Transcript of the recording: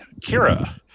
Kira